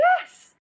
Yes